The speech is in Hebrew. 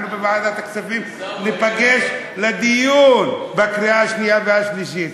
אנחנו בוועדת הכספים ניפגש לדיון בקריאה השנייה והשלישית,